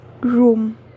room